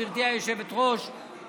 גברתי היושבת-ראש,